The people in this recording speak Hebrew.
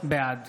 בעד